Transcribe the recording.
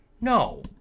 No